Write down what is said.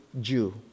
Jew